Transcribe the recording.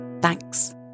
Thanks